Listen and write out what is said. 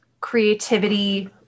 creativity